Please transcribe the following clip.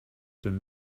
dem